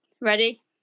Ready